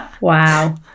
Wow